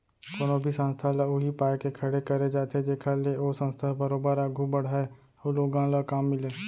कोनो भी संस्था ल उही पाय के खड़े करे जाथे जेखर ले ओ संस्था ह बरोबर आघू बड़हय अउ लोगन ल काम मिलय